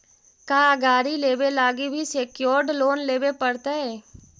का गाड़ी लेबे लागी भी सेक्योर्ड लोन लेबे पड़तई?